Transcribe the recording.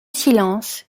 silence